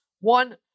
one